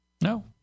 No